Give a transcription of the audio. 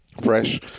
Fresh